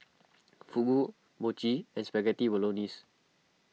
Fugu Mochi and Spaghetti Bolognese